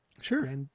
sure